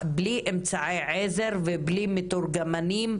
בלי אמצעי עזר ובלי מתורגמנים,